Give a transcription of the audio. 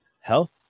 health